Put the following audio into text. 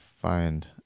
find